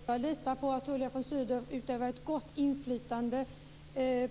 Fru talman! Jag litar på att Tullia von Sydow utövar ett gott inflytande